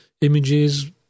images